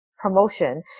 promotion